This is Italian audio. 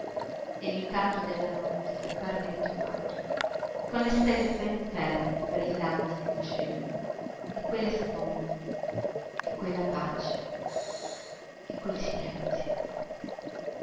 e l'incanto della notte gli apparve ritrovato con le stelle ben ferme e brillanti nel cielo e quelle sponde e quella pace e quel silenzio